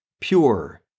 pure